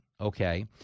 okay